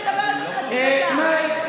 מאי,